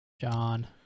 John